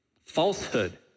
Falsehood